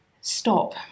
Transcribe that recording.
stop